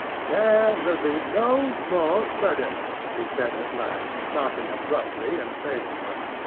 there will be no more murders, he said at last, stopping abruptly and facing us.